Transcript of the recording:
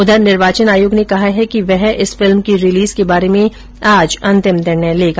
उधर निर्वाचन आयोग ने कहा है कि वह इस फिल्म के रिलीज के बारे में आज अंतिम निर्णय लेगा